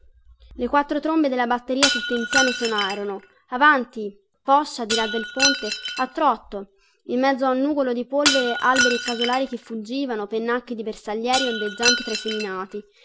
le quattro trombe della batteria tutte insieme sonarono avanti poscia di là del ponte a trotto in mezzo a un nugolo di polvere alberi e casolari che fuggivano pennacchi di bersaglieri ondeggianti fra i seminati